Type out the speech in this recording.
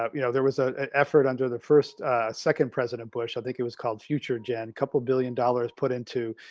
um you know there was a effort under the first second president bush i think it was called future gen couple billion dollars put into,